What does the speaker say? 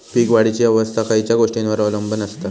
पीक वाढीची अवस्था खयच्या गोष्टींवर अवलंबून असता?